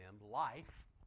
life